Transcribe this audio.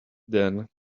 than